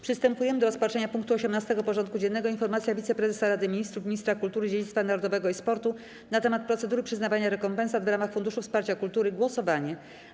Przystępujemy do rozpatrzenia punktu 18. porządku dziennego: Informacja Wiceprezesa Rady Ministrów, Ministra Kultury, Dziedzictwa Narodowego i Sportu na temat procedury przyznawania rekompensat w ramach Funduszu Wsparcia Kultury - głosowanie.